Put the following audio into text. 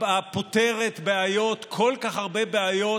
הפותרת כל כך הרבה בעיות